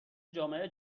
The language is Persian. جامعه